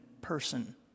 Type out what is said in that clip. person